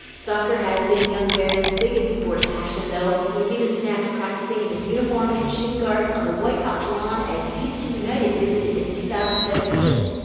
soccer has been young barron's biggest sports passion, though. he was even snapped practicing in his uniform and shin guards on the white house lawn as d c. united visited in two thousand and seventeen.